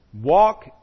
walk